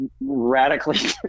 radically